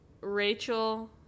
Rachel